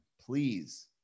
please